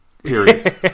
Period